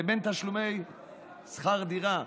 לבין תשלומי שכר דירה,